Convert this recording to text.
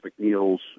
McNeil's